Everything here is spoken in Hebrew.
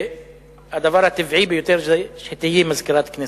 שהדבר הטבעי ביותר, שתהיי מזכירת הכנסת.